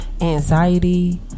Anxiety